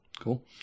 Cool